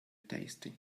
tasty